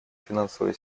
финансовая